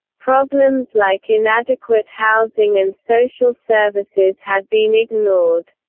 problems like inadequate housing and social services had been ignored.